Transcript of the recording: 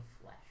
flesh